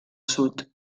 sud